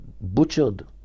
butchered